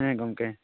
ᱦᱮᱸ ᱜᱚᱝᱠᱮ